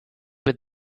with